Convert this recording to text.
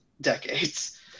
decades